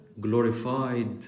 glorified